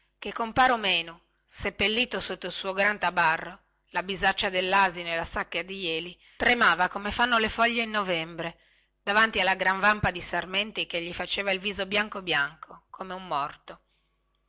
che compare menu seppellito sotto il suo gran tabarro la bisaccia dellasino e la sacca di jeli tremava come fanno le foglie in novembre davanti alla gran vampa di sarmenti che gli faceva il viso bianco bianco come un morto